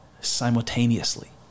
simultaneously